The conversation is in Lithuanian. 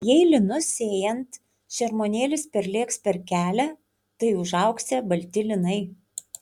jei linus sėjant šermuonėlis perlėks per kelią tai užaugsią balti linai